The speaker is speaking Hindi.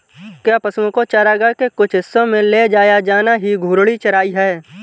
क्या पशुओं को चारागाह के कुछ हिस्सों में ले जाया जाना ही घूर्णी चराई है?